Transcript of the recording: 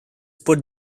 put